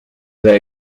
their